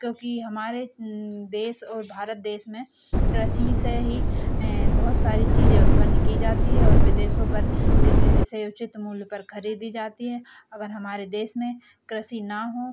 क्योंकि हमारे देश और भारत देश में कृषि से ही बहुत सारी चीज़ें उत्पन्न की जाती है और विदेशों पर इसे उचित मूल्य पर खरीदी जाती है अगर हमारे देश में कृषि न हो